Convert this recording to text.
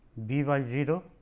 b by zero